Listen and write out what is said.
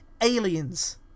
aliens